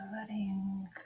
letting